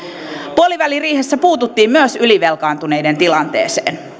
puoliväliriihessä puututtiin myös ylivelkaantuneiden tilanteeseen